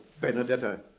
Benedetta